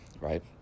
right